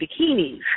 bikinis